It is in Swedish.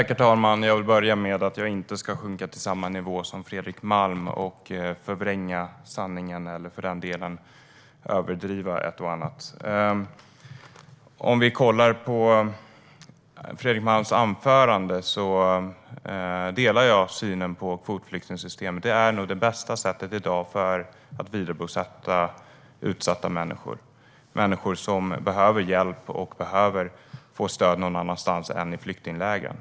Herr talman! Jag vill börja med att säga att jag inte ska sjunka till samma nivå som Fredrik Malm och förvränga sanningen eller för den delen överdriva ett och annat. När det gäller Fredrik Malms anförande delar jag synen på kvotflyktingssystemet. Det är nog det bästa sättet i dag för att vidarebosätta utsatta människor som behöver hjälp och stöd någon annanstans än i flyktinglägren.